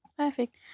Perfect